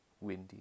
windy